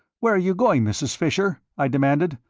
where are you going, mrs. fisher? i demanded.